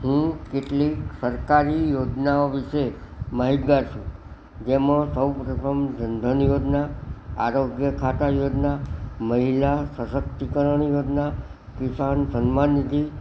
હું કેટલીક સરકારી યોજનાઓ વિષે માહિતગાર છું જેમાં સૌ પ્રથમ જનધન યોજના આરોગ્ય ખાતા યોજના મહિલા સશક્તિ કરણ યોજના કિસાન સન્માન નિધિ